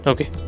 Okay